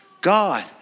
God